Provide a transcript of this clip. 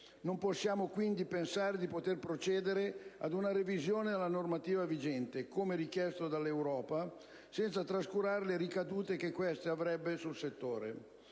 Non possiamo quindi pensare di poter procedere ad una revisione della normativa vigente - come richiesto dall'Europa - trascurando le ricadute che questa avrebbe sul settore.